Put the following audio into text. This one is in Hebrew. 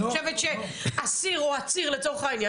אני חושבת שאסור או עציר לצורך העניין,